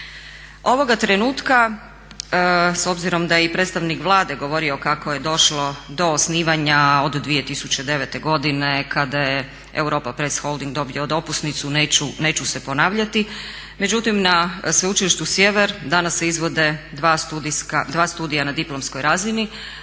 Ovoga trenutka s obzirom da je i predstavnik Vlade govorio kako je došlo do osnivanja od 2009. godine kada je Europa press holding dobio dopusnicu neću se ponavljati. Međutim, na Sveučilištu Sjever danas se izvode dva studija na diplomskoj razini